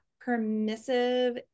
permissive